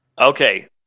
Okay